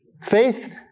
Faith